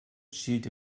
schielte